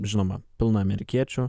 žinoma pilna amerikiečių